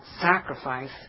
sacrifice